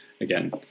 again